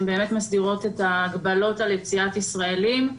באמת מסדירות את ההגבלות על יציאת ישראלים.